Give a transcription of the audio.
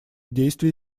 действие